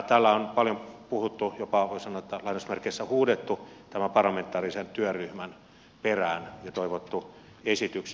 täällä on paljon kysytty jopa voi sanoa että lainausmerkeissä huudettu tämän parlamentaarisen työryhmän perään ja toivottu esityksiä